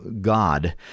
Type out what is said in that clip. God